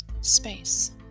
Space